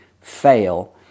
fail